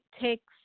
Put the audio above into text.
takes